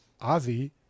Ozzy